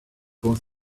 was